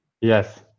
Yes